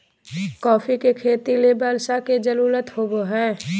coffee के खेती ले बर्षा के जरुरत होबो हइ